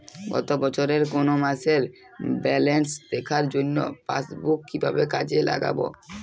গত বছরের কোনো মাসের ব্যালেন্স দেখার জন্য পাসবুক কীভাবে কাজে লাগাব?